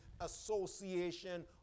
association